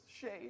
shade